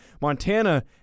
Montana